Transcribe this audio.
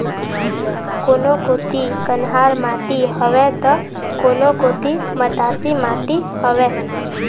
कोनो कोती कन्हार माटी हवय त, कोनो कोती मटासी माटी हवय